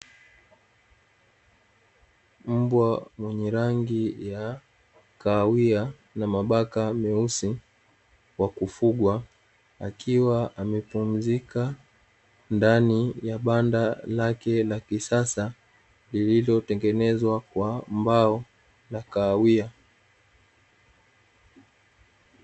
Mbwa mwenye rangi ya kahawia na mabaka meusi wa kufugwa, akiwa amepumzika ndani ya banda lake la kisasa, lililotengenezwa kwa mbao za kahawia.